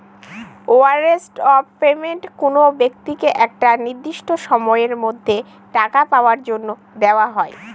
warrant of payment কোনো ব্যক্তিকে একটা নির্দিষ্ট সময়ের মধ্যে টাকা পাওয়ার জন্য দেওয়া হয়